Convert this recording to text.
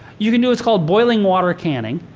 you can do what's called boiling water canning.